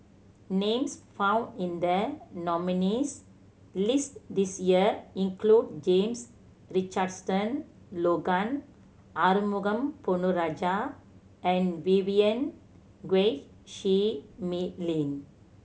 names found in the nominees' list this year include James Richardson Logan Arumugam Ponnu Rajah and Vivien Quahe Seah Mei Lin